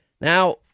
Now